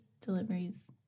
deliveries